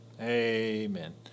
Amen